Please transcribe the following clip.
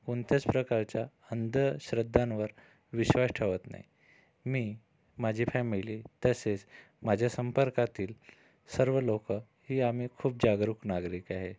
कोणत्याच प्रकारच्या अंधश्रद्धांवर विश्वास ठेवत नाही मी माझी फॅमिली तसेच माझ्या संपर्कातील सर्व लोकं ही आम्ही खूप जागरूक नागरिक आहे